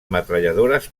metralladores